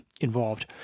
involved